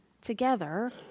together